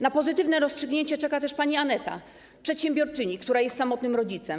Na pozytywne rozstrzygnięcie czeka też pani Aneta, przedsiębiorczyni, która jest samotnym rodzicem.